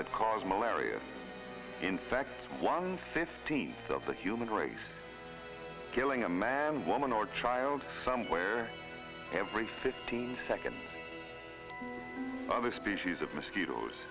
that cause malaria in fact one fifteenth of the human race killing a man woman or child somewhere every fifteen seconds other species of mosquitoes